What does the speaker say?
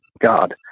God